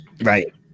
right